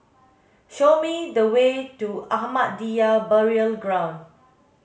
show me the way to Ahmadiyya Burial Ground